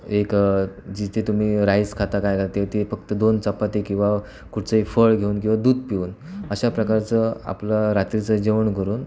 एक जिथे तुम्ही राईस खाता काय ते ते फक्त दोन चपाती किवा कुठचंही फळ घेऊन किवा दूध पिऊन अशा प्रकारचं आपलं रात्रीचं जेवण करून